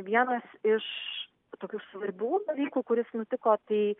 vienas iš tokių svarbių dalykų kuris nutiko tai